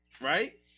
right